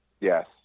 Yes